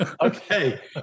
Okay